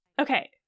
Okay